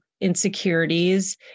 insecurities